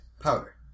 Powder